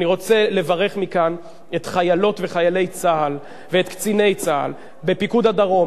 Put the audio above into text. אני רוצה לברך מכאן את חיילות וחיילי צה"ל ואת קציני צה"ל בפיקוד הדרום,